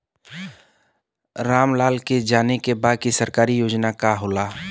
राम लाल के जाने के बा की सरकारी योजना का होला?